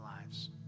lives